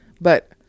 But-